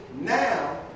now